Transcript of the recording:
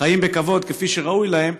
חיים בכבוד כפי שראוי להם.